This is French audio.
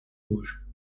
rouge